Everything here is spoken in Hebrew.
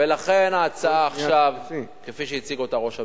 ולכן ההצעה עכשיו, כפי שהציג אותה ראש הממשלה,